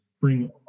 bring